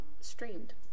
streamed